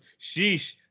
sheesh